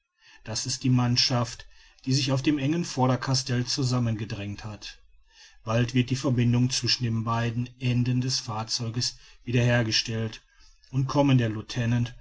das ist die mannschaft die sich auf dem engen vorderkastell zusammen gedrängt hat bald wird die verbindung zwischen den beiden enden des fahrzeuges wieder hergestellt und kommen der